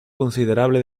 considerable